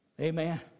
Amen